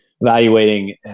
evaluating